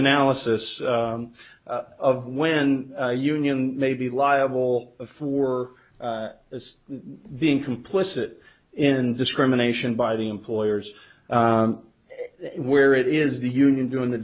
analysis of when a union may be liable for as being complicit in discrimination by the employers where it is the union doing the